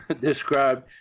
described